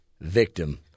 victim